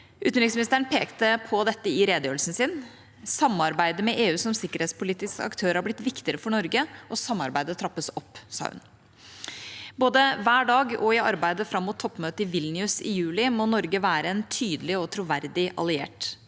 Utenriksministeren pekte på dette i redegjørelsen sin. Samarbeidet med EU som sikkerhetspolitisk aktør har blitt viktigere for Norge, og samarbeidet trappes opp, sa hun. Både hver dag og i arbeidet fram mot toppmøtet i Vilnius i juli må Norge være en tydelig og troverdig alliert.